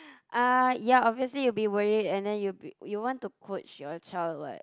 uh ya obviously you'll be worried and then you'll be you want to coach your child [what]